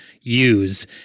use